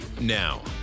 Now